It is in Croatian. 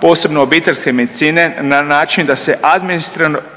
posebno obiteljske medicine na način da se